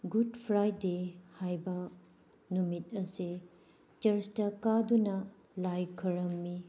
good Friday ꯍꯥꯏꯕ ꯅꯨꯃꯤꯠ ꯑꯁꯦ ꯆꯔꯁꯇꯥ ꯀꯥꯗꯨꯅ ꯂꯥꯏ ꯈꯨꯔꯨꯝꯃꯤ